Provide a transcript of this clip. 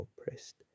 oppressed